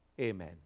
Amen